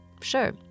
sure